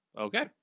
okay